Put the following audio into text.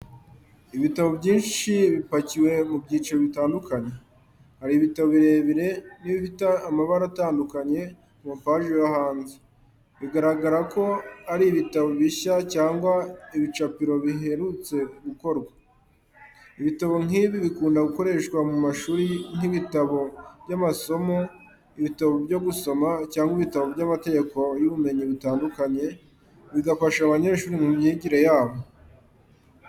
Ibitabo byinshi bipakiwe mu byiciro bitandukanye. Hari ibitabo birebire n’ibifite amabara atandukanye ku mapaji yo hanze, bigaragara ko ari ibitabo bishya cyangwa ibicapiro biherutse gukorwa. Ibitabo nk’ibi bikunda gukoreshwa mu mashuri nk’ibitabo by’amasomo, ibitabo byo gusoma, cyangwa ibitabo by’amategeko n’ubumenyi butandukanye, bigafasha abanyeshuri mu myigire yabo.